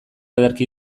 ederki